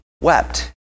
wept